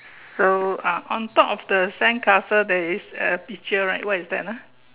so uh on top of the sand castle there is a picture right what is that ah